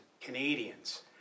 Canadians